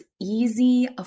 easy